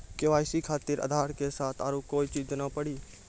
KYC खातिर आधार के साथ औरों कोई चीज देना पड़ी?